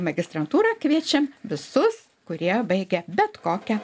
magistrantūrą kviečiam visus kurie baigę bet kokią